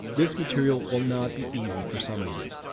this material will not be easy for some of you.